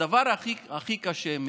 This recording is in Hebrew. הדבר הכי הכי קשה,